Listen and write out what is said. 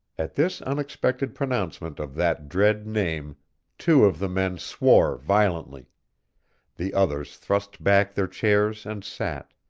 at this unexpected pronouncement of that dread name two of the men swore violently the others thrust back their chairs and sat,